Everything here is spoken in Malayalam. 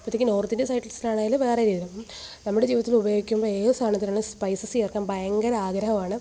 അപ്പത്തേക്ക് നോർത്ത് ഇന്ത്യൻ സൈഡ്സിൽ ആണെങ്കിൽ വേറെ രീതിയാകും നമ്മുടെ ജീവിതത്തിൽ ഉപയോഗിക്കുമ്പം ഏത് സാധനത്തിന് ആണെങ്കിലും സ്പൈസസ് ചേർക്കാൻ ഭയങ്കര ആഗ്രഹമാണ്